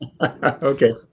Okay